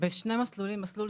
בשני מסלולים